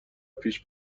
پیش